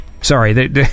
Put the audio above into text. Sorry